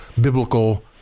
biblical